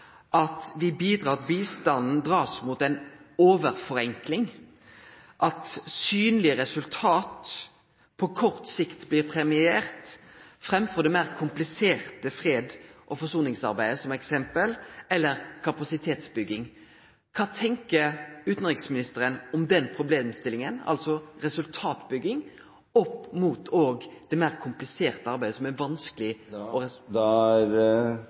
bidrar til at bistanden blir dratt mot ei overforenkling, at synlege resultat på kort sikt blir premierte framfor det meir kompliserte freds- og forsoningsarbeidet – som eksempel – eller det som gjeld kapasitetsbygging. Kva tenkjer utanriksministeren om den problemstillinga – altså når det gjeld resultatbygging opp mot det meir kompliserte arbeidet, det som er vanskeleg?